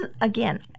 again